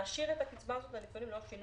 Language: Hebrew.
להשאיר את הקצבה הזאת לניצולים ללא שינוי,